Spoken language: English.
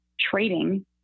trading